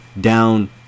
down